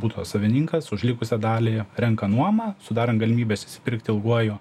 buto savininkas už likusią dalį renka nuomą sudarant galimybes pirkti ilguoju